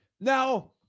Now